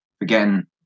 again